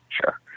Sure